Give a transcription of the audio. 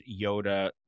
Yoda